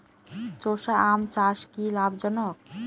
চোষা আম চাষ কি লাভজনক?